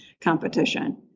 competition